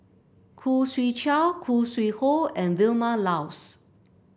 Khoo Swee Chiow Khoo Sui Hoe and Vilma Laus